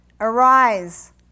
arise